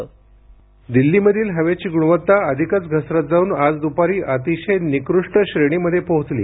ध्वनी दिल्लीमधील हवेची गुणवत्ता अधिकच घसरत जाऊन आज दुपारी अतिशय निकृष्ट श्रेणीमध्ये पोहोचली